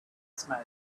smoke